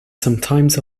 sometimes